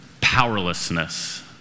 powerlessness